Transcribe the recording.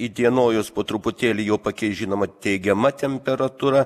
įdienojus po truputėlį jau pakeis žinoma teigiama temperatūra